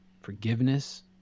forgiveness